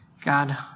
God